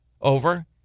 over